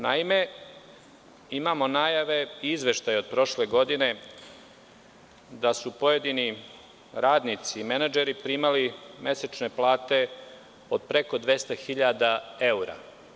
Naime, imamo najave i izveštaj od prošle godine da su pojedini radnici, menadžeri primali mesečne plate od preko 200.000 evra.